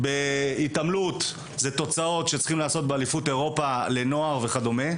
בהתעמלות מדובר בתוצאות שצריכים לעשות באליפות אירופה וכדומה.